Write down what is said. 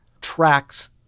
tracks